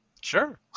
Sure